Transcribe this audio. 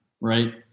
Right